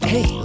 Hey